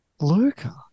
Luca